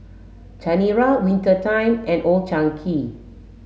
Chanira Winter Time and Old Chang Kee